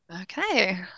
Okay